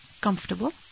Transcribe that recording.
comfortable